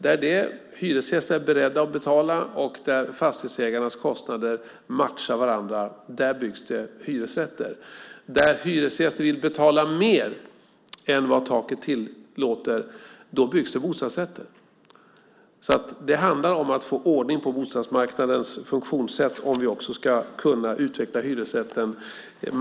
Där hyresgästerna är beredda att betala och matchar fastighetsägarens kostnader byggs hyresrätter. Där hyresgäster vill betala mer än vad taket tillåter byggs bostadsrätter. Det handlar alltså om att få ordning på bostadsmarknadens funktionssätt om vi ska kunna utveckla hyresrätten.